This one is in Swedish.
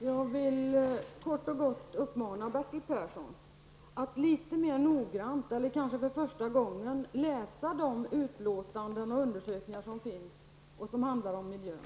Fru talman! Kort och gott vill jag bara uppmana Bertil Persson att litet mera noggrant -- eller kanske för första gången -- ta del av de utlåtanden och undersökningar som finns och som handlar om miljön.